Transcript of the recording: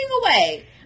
away